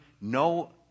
no